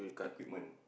equipment